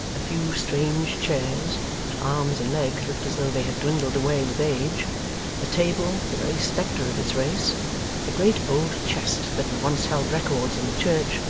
a few strange chairs, whose arms and legs looked as though they had dwindled away with age a table, the very spectre of its race a great old chest that had once held records in the church,